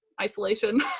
isolation